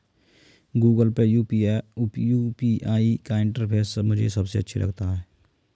Google Pay UPI का interface मुझे सबसे अच्छा लगता है